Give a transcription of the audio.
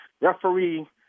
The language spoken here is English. referee